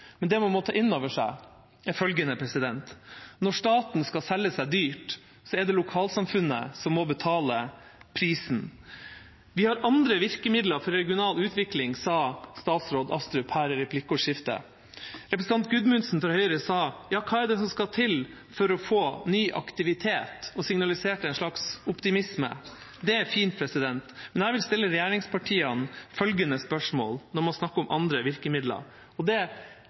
men det man må ta inn over seg, er følgende: Når staten skal selge seg dyrt, er det lokalsamfunnet som må betale prisen. Vi har andre virkemidler for regional utvikling, sa statsråd Astrup her i replikkordskiftet. Representanten Gudmundsen fra Høyre spurte hva det er som skal til for å få ny aktivitet, og signaliserte en slags optimisme. Det er fint, men jeg vil stille regjeringspartiene følgende spørsmål når man snakker om andre virkemidler: